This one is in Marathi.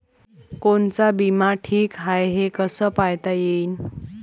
कोनचा बिमा ठीक हाय, हे कस पायता येईन?